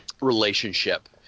relationship